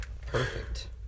Perfect